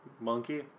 monkey